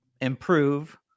improve